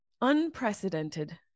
unprecedented